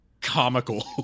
comical